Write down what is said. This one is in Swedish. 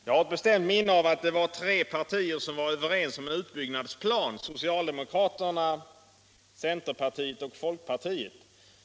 Herr talman! Jag har ett bestämt minne av att tre partier var överens om en utbyggnadsplan: socialdemokraterna, centerpartiet och folkpartiet.